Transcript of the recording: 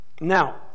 Now